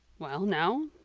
well now,